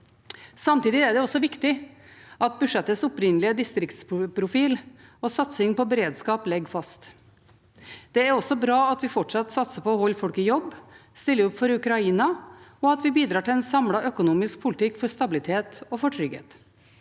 Samtidig er det også viktig at budsjettets opprinnelige distriktsprofil og satsing på beredskap ligger fast. Det er også bra at vi fortsatt satser på å holde folk i jobb, stiller opp for Ukraina, og at vi bidrar til en samlet økonomisk politikk for stabilitet og trygghet.